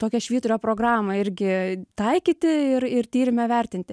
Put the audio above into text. tokią švyturio programą irgi taikyti ir ir tyrime vertinti